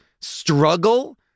struggle